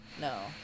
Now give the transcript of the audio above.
no